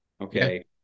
okay